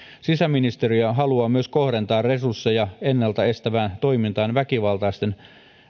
sisäministeriö haluaa myös kohdentaa resursseja ennalta estävään toimintaan väkivaltaisen